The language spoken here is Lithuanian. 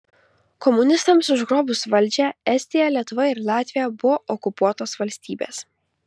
komunistams užgrobus valdžią estija lietuva ir latvija buvo okupuotos valstybės